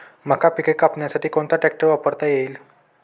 मका पिके कापण्यासाठी कोणता ट्रॅक्टर वापरता येईल?